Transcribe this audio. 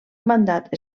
mandat